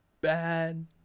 bad